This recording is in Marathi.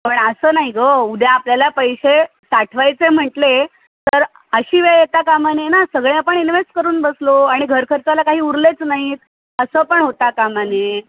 पण असं नाई गं उद्या आपल्याला पैसे साठवायचे म्हटले तर अशी वेळ येता कामा नये ना सगळे आपण इनवेस्ट करून बसलो आणि घर खर्चाला काही उरलेच नाहीत असं पण होता कामा नये